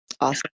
Awesome